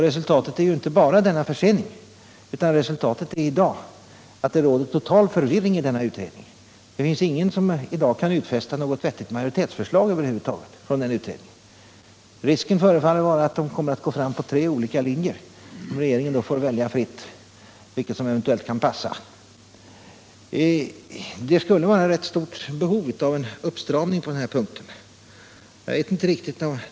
Resultatet är att det i dag råder total förvirring i denna utredning. Det finns ingen som i dag kan utlova något vettigt majoritetsförslag. Risken förefaller vara att utredningen kommer att gå fram på tre olika linjer och att regeringen får välja fritt vilken linje som eventuellt kan passa. Det finns ett stort behov av en uppstramning på den här punkten.